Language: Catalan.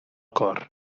cor